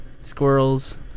squirrels